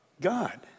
God